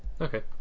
Okay